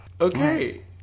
okay